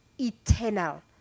eternal